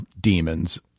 demons